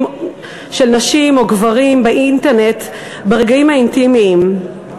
של נשים או גברים באינטרנט ברגעים האינטימיים.